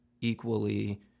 equally